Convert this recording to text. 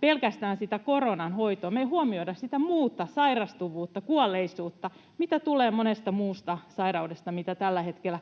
pelkästään sitä koronan hoitoa. Me ei huomioida sitä muuta sairastuvuutta, kuolleisuutta, mitä tulee monesta muusta sairaudesta, joiden hoito on tällä hetkellä